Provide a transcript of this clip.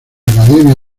academia